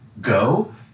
go